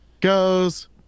goes